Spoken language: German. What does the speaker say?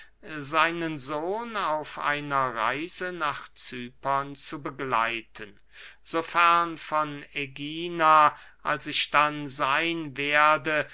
seinen sohn auf einer reise nach cypern zu begleiten so fern von ägina als ich dann seyn werde